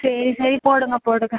சரி சரி போடுங்கள் போடுங்கள்